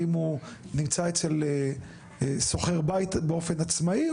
האם הוא שוכר בית באופן עצמאי.